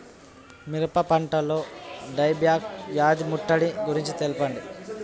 మిరప పంటలో die back వ్యాధి ముట్టడి గురించి తెల్పండి?